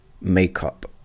makeup